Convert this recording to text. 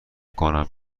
کنم